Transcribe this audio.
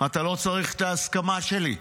אתה לא צריך את ההסכמה שלי.